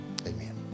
amen